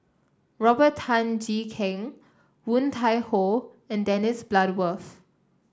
Robert Tan Jee Keng Woon Tai Ho and Dennis Bloodworth